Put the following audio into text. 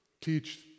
teach